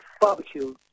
Barbecue